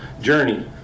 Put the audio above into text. journey